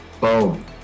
boom